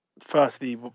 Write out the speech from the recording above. firstly